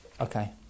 Okay